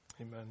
Amen